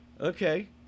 Okay